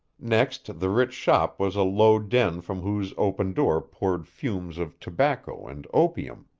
next the rich shop was a low den from whose open door poured fumes of tobacco and opium,